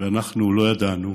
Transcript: ואנחנו לא ידענו,